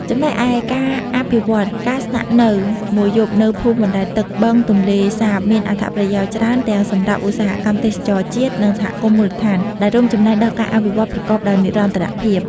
ចំណែកឯ ការអភិវឌ្ឍការស្នាក់នៅមួយយប់នៅភូមិបណ្ដែតទឹកបឹងទន្លេសាបមានអត្ថប្រយោជន៍ច្រើនទាំងសម្រាប់ឧស្សាហកម្មទេសចរណ៍ជាតិ និងសហគមន៍មូលដ្ឋាន ដែលរួមចំណែកដល់ការអភិវឌ្ឍប្រកបដោយនិរន្តរភាព។